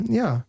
ja